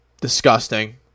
Disgusting